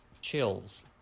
chills